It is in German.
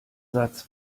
satz